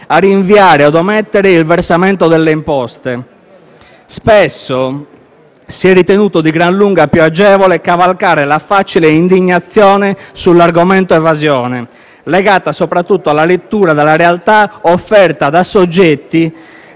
a rinviare o omettere il versamento delle imposte. Spesso si è ritenuto di gran lunga più agevole cavalcare la facile indignazione sull'argomento evasione, legata soprattutto alla lettura della realtà offerta da soggetti